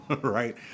Right